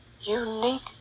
unique